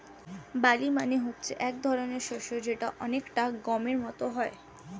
barley মানে হচ্ছে এক ধরনের শস্য যেটা অনেকটা গমের মত হয়